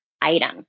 item